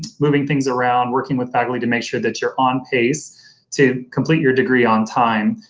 moving things around working with faculty to make sure that you're on pace to complete your degree on time.